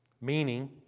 Meaning